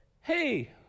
hey